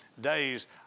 days